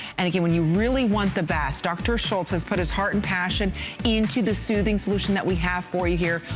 and again when you really want the best dr schultz has put his heart and passion into the soothing solution we have for you here.